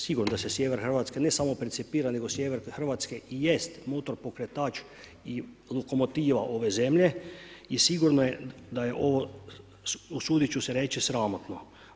Sigurno da se sjever Hrvatske ne samo percipira, nego sjever Hrvatske i jest motor pokretač i lokomotiva ove zemlje i sigurno da je ovo, usudit ću se reći, sramotno.